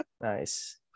Nice